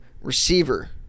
Receiver